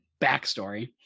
backstory